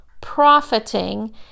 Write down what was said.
profiting